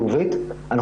במה: לא ארפה מזה.